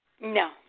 No